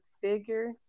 figure